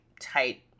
tight